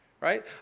right